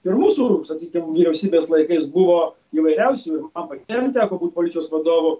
ir mūsų sakykim vyriausybės laikais buvo įvairiausių man pačiam teko būt policijos vadovu